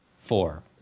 Four